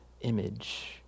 image